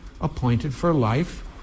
appointed-for-life